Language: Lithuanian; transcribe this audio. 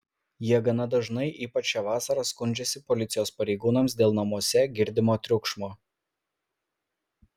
jie gana dažnai ypač šią vasarą skundžiasi policijos pareigūnams dėl namuose girdimo triukšmo